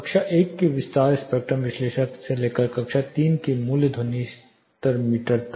कक्षा I के विस्तार स्पेक्ट्रम विश्लेषक से लेकर कक्षा III का मूल ध्वनि स्तर मीटर तक